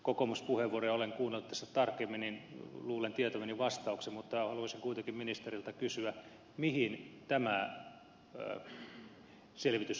kokoomuspuheenvuoroja olen kuunnellut tässä tarkemmin niin että luulen tietäväni vastauksen mutta haluaisin kuitenkin ministeriltä kysyä mihin tämä selvitysajatus jäi